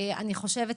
אני חושבת,